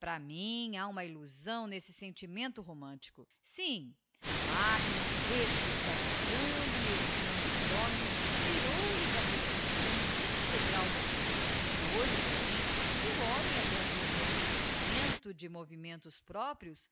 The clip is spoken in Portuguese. para mim ha uma illusão n'esse sentimento romântico sim a machina especialisando e eliminando os homens tirou lhes a percepção integral da industria hoje porem que o homem a transformou em um instrumento de movimentos próprios